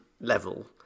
level